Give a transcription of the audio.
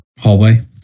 hallway